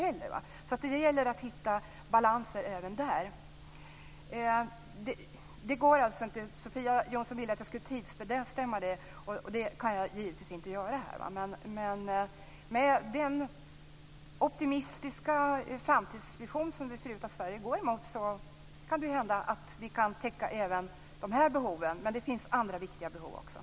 Det gäller alltså att hitta en balans även där. Sofia Jonsson vill att jag gör en tidsbestämmelse men en sådan kan jag givetvis inte göra här. Med den optimistiska framtidsvision som Sverige ser ut att gå mot kan det väl hända att vi kan täcka även de här behoven men det finns ju också andra viktiga behov.